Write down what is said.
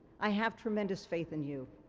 i have tremendous faith in you.